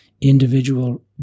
individual